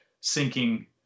sinking